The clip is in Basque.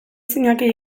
zinateke